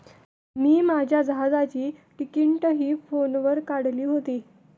मी माझ्या जहाजाची तिकिटंही फोनवर काढली होती